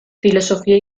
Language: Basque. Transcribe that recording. filosofia